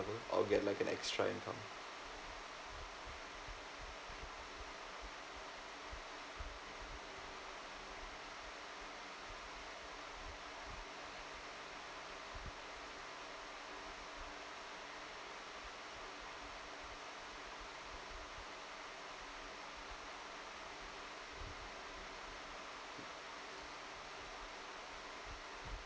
or like get an extra income